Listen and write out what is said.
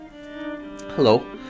Hello